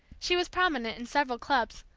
she was prominent in several clubs,